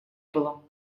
было